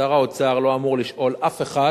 שר האוצר לא אמור לשאול אף אחד